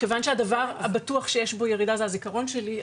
מכיוון שהדבר הבטוח שיש בו ירידה הוא הזיכרון שלי,